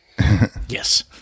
Yes